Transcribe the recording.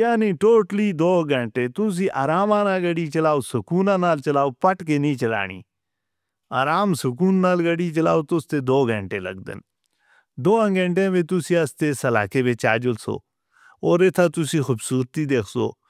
یعنی ٹوٹلی دو گھنٹے تسی آرام نال گاڑی چلاو، سکون نال چلاو، پٹ کے نہیں چلانی، آرام سکون نال گاڑی چلاو تیسے دو گھنٹے لگدن، دو گھنٹے وچھ تسی اس تے علاقے وچھ آ جلسو، اور اتھا تسی خوبصورتی دیکھسو.